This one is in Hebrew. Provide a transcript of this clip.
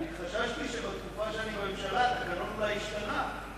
חששתי שבתקופה שאני בממשלה התקנון אולי השתנה.